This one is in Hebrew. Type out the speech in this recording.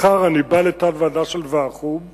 מחר אני בא לתת-ועדה של ועדת החוץ והביטחון,